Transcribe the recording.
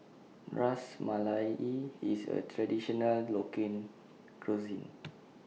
Ras Malai IS A Traditional Cuisine